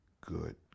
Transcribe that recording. good